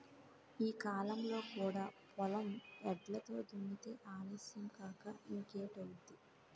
ఈ కాలంలో కూడా పొలం ఎడ్లతో దున్నితే ఆలస్యం కాక ఇంకేటౌద్ది?